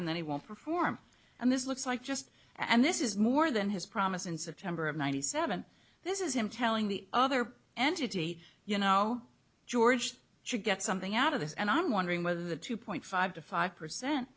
and then he won't perform and this looks like just and this is more than his promise in september of ninety seven this is him telling the other entity you know george bush should get something out of this and i'm wondering whether the two point five to five percent